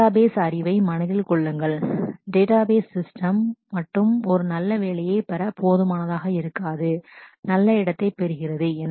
database database அறிவை மனதில் கொள்ளுங்கள் டேட்டாபேஸ் சிஸ்டம் database systems மட்டும் ஒரு நல்ல வேலையைப் பெற போதுமானதாக இருக்காது நல்ல இடத்தைப் பெறுகிறது